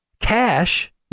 cash